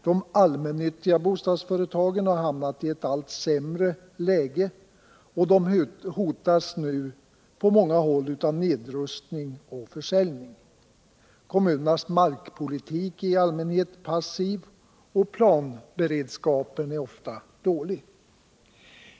De allmännyttiga bostadsföretagen har hamnat i ett allt sämre läge, och de hotas nu på många håll av nedrustning och försäljning. Kommunernas markpolitik är i allmänhet passiv. Planberedskapen är ofta dålig.